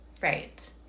Right